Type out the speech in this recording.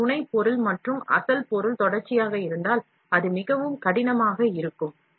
இது துணை பொருள் மற்றும் அசல் பொருள் தொடர்ச்சியாக இருந்தால் அது மிகவும் கடினமாக இருக்கும்